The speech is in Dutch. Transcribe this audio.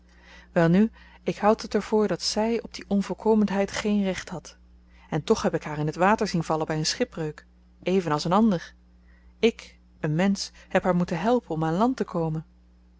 welnu ik houd het er voor dat zy op die onvolkomenheid geen recht had en toch heb ik haar in t water zien vallen by een schipbreuk evenals een ander ik een mensch heb haar moeten helpen om aan land te komen